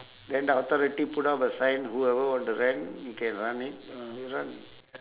then after that he put up a sign whoever want to rent you can run it uh you run